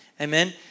Amen